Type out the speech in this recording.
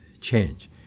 change